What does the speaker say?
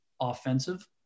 offensive